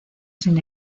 sin